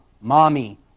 mommy